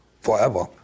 forever